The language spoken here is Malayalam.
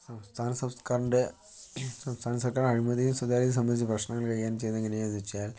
സംസ്ഥാന സർക്കാറിൻ്റെ സംസ്ഥാന സർക്കാർ അഴിമതിയും സുതാര്യതയും സംബന്ധിച്ച പ്രശ്നങ്ങൾ കൈകാര്യം ചെയ്യുന്നത് എങ്ങനെയാണെന്ന് വെച്ചാൽ